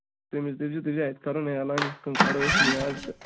تٔمِس دٔپۍ زِ دپۍ زِاَتہِ کَرُن اعلان یِتھ کَنۍ کَڑو أسۍ نِیاض تہٕ